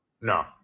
No